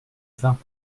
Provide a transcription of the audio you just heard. vingt